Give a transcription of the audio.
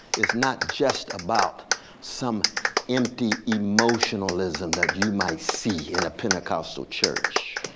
it's not just about some empty emotionalism that you might see in a pentecostal church.